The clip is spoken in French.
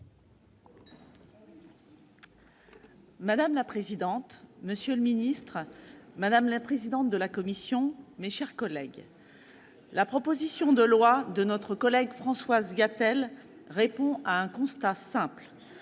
Madame la présidente, monsieur le ministre, madame la présidente de la commission, mes chers collègues, la proposition de loi de notre collègue Françoise Gatel répond à un constat simple